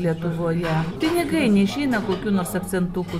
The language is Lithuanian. lietuvoje pinigai neišeina kokių nors akcentukų